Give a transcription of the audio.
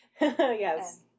Yes